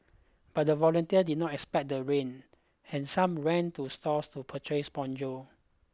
but the volunteers did not expect the rain and some ran to stores to purchase ponchos